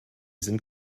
sind